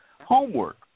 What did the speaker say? homework